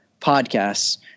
podcasts